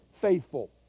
faithful